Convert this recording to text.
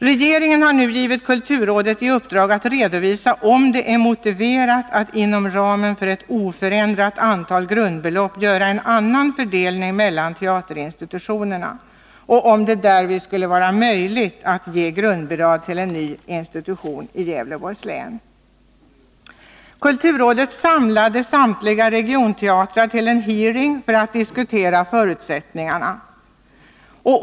Regeringen har nu givit kulturrådet i uppdrag att redovisa om det är motiverat att inom ramen för ett oförändrat antal grundbelopp göra en annan fördelning mellan teaterinstitutionerna och om det därvid skulle kunna bli möjligt att ge grundbidrag till en ny institution i Gävleborgs län. Kulturrådet samlade samtliga regionteatrar till en hearing för att diskutera förutsättningarna.